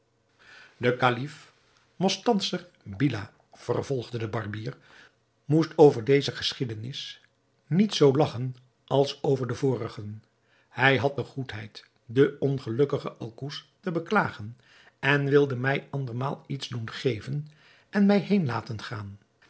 de kalif mostanser billah vervolgde de barbier moest over deze geschiedenis niet zoo lagchen als over de vorigen hij had de goedheid den ongelukkigen alcouz te beklagen en wilde mij andermaal iets doen geven en mij heên laten gaan